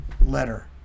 letter